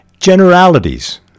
Generalities